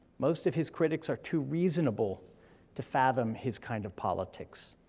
most of his critics are too reasonable to fathom his kind of politics.